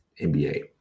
NBA